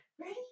Ready